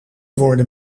worden